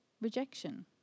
rejection